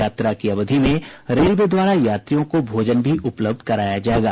यात्रा की अवधि में रेलवे द्वारा यात्रियों को भोजन भी उपलब्ध कराया जायेगा